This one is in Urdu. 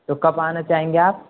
تو کب آنا چاہیں گے آپ